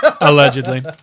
Allegedly